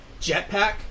Jetpack